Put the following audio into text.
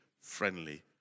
friendly